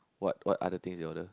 what what other things you order